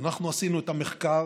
אנחנו עשינו את המחקר.